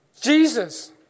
Jesus